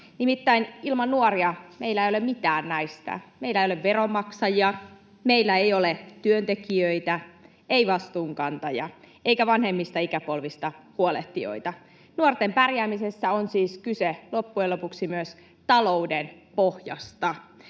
nimittäin ilman nuoria meillä ei ole mitään näistä: meillä ei ole veronmaksajia, meillä ei ole työntekijöitä, ei vastuunkantajia eikä vanhemmista ikäpolvista huolehtijoita. Nuorten pärjäämisessä on siis kyse loppujen lopuksi myös talouden pohjasta.